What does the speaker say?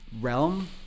realm